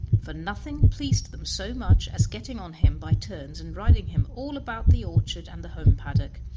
for nothing pleased them so much as getting on him by turns and riding him all about the orchard and the home paddock,